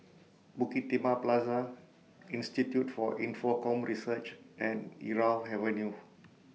Bukit Timah Plaza Institute For Infocomm Research and Irau Avenue